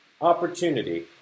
Opportunity